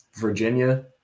Virginia